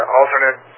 alternate